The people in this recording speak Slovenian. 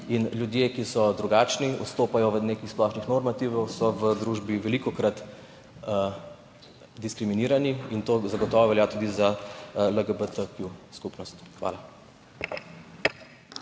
Ljudje, ki so drugačni, odstopajo od nekih splošnih normativov, so v družbi velikokrat diskriminirani. To zagotovo velja tudi za skupnost LGBTQ.